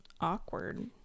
awkward